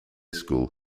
school